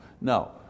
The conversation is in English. No